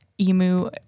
Emu